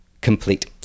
complete